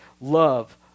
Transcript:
Love